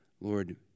Lord